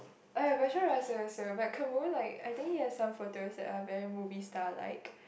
I have also but Caroo like I think he has some photos that are very movie star like